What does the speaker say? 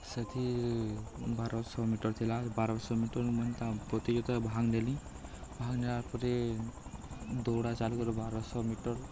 ସେଥିି ବାରଶ ମିଟର୍ ଥିଲା ବାରଶ ମିଟର୍ ମୁଇଁ ହେନ୍ତା ପ୍ରତିଯୋଗିତାରେ ଭାଗ୍ ନେଲି ଭାଗ୍ ନେଲା ପରେ ଦୌଡ଼ା ଚାଲୁ କର ବାରଶ ମିଟର୍